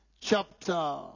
chapter